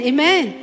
Amen